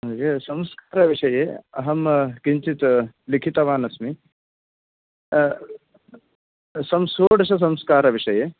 संस्कारविषये अहं किञ्चित् लिखितवान् अस्मि सं षोडशसंस्कारविषये